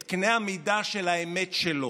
את קני המידה של האמת שלו.